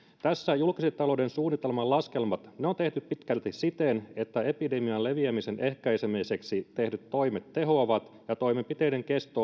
tässä julkisen talouden suunnitelmassa laskelmat on tehty pitkälti siten että epidemian leviämisen ehkäisemiseksi tehdyt toimet tehoavat ja toimenpiteiden kesto